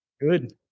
Good